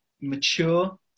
mature